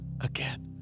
again